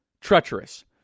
treacherous